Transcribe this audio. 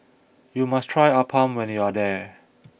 you must try Appam when you are there